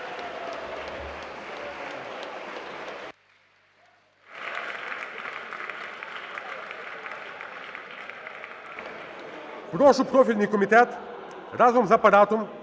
Прошу профільний комітет разом з Апаратом